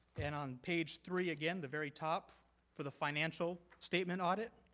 and on page three again, the very top for the financial statement audit,